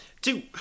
two